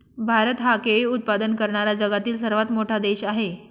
भारत हा केळी उत्पादन करणारा जगातील सर्वात मोठा देश आहे